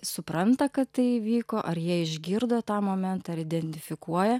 supranta kad tai įvyko ar jie išgirdo tą momentą ar identifikuoja